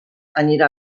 anirà